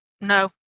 no